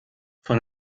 von